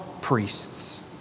priests